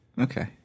Okay